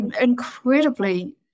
incredibly